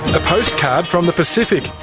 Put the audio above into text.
a postcard from the pacific.